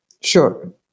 sure